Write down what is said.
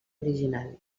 original